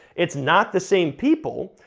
it's not the same people,